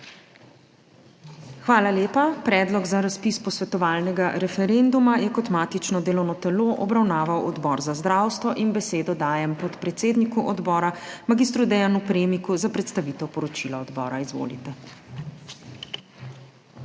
Hvala lepa. Predlog za razpis posvetovalnega referenduma je kot matično delovno telo obravnaval Odbor za zdravstvo in besedo dajem podpredsedniku odbora magistru Deanu Premiku za predstavitev poročila odbora. Izvolite.